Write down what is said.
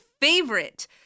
favorite